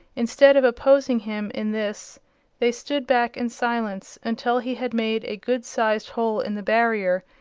instead of opposing him in this they stood back in silence until he had made a good-sized hole in the barrier,